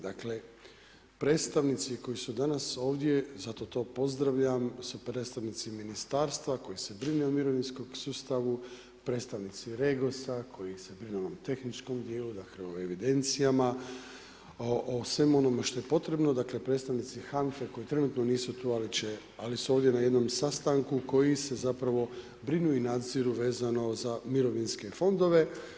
Dakle, predstavnici koji su danas ovdje, zato to pozdravljam su predstavnici ministarstva koje se brine o mirovinskom sustavu, predstavnici REGOS-a koji se brinu o tehničkom djelu, dakle o evidencijama, o svemu onome što je potrebno, dakle predstavnici HANFA-e koji trenutno nisu tu ali su ovdje na jednom sastanku koji se zapravo brinu i nadziru vezano za mirovinske fondove.